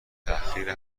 تحقیر